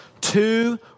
two